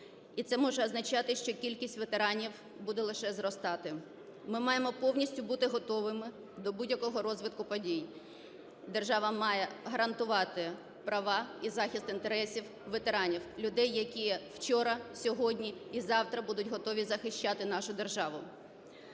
і це може означати, що кількість ветеранів буде лише зростати. Ми маємо повністю бути готовими до будь-якого розвитку подій, держава має гарантувати права і захист інтересів ветеранів, людей, які вчора, сьогодні і завтра будуть готові захищати нашу державу.